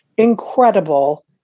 incredible